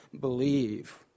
believe